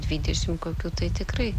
dvidešim kokių tai tikrai